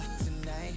tonight